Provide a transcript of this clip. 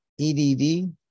EdD